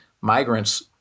migrants